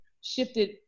shifted